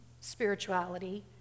spirituality